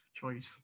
choice